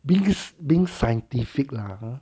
being sci~ being scientific lah !huh!